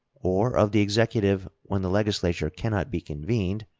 or of the executive when the legislature can not be convened,